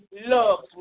loves